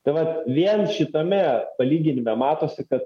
tai vat vien šitame palyginime matosi kad